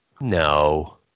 no